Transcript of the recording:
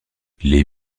les